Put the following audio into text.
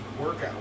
workout